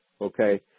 okay